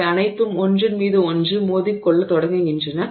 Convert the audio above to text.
அவை அனைத்தும் ஒன்றின் மீது ஒன்று மோதிக்கொள்ளத் தொடங்குகின்றன